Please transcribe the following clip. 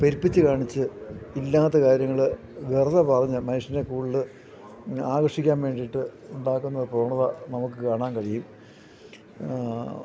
പെരുപ്പിച്ച് കാണിച്ച് ഇല്ലാത്ത കാര്യങ്ങൾ വെറുതെ പറഞ്ഞു മനുഷ്യനെ കൂടുതൽ ആകർഷിക്കാൻ വേണ്ടീട്ട് ഉണ്ടാക്കുന്ന പ്രവണത നമുക്ക് കാണാൻ കഴിയും